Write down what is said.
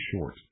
short